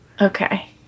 Okay